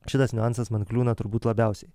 šitas niuansas man kliūna turbūt labiausiai